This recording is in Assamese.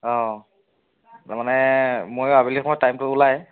অঁ তাৰমানে মইও আবেলি সময়ত টাইমটো ওলায়